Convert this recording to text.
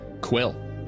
Quill